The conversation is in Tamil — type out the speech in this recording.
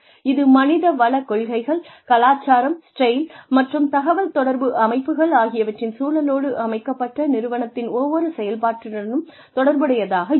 இது மனித வள கொள்கைகள் கலாச்சாரம் ஸ்டைல் மற்றும் தகவல் தொடர்பு அமைப்புகள் ஆகியவற்றின் சூழலோடு அமைக்கப்பட்ட நிறுவனத்தின் ஒவ்வொரு செயல்பாட்டுடனும் தொடர்புடையதாக இருக்கும்